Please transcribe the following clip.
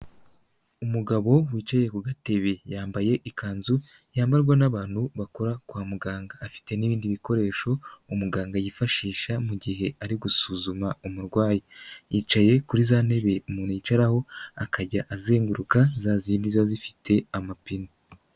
Umugabo wicaye ku gatebe, yambaye ikanzu yambarwa n'abantu bakora kwa muganga, afite n'ibindi bikoresho umuganga yifashisha mu gihe ari gusuzuma umurwayi, yicaye kuri za ntebe umuntu yicaraho akajya azenguruka, za zindi ziba zifite amapine.